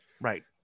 right